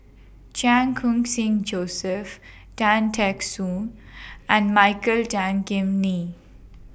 Chan Khun Sing Joseph Tan Teck Soon and Michael Tan Kim Nei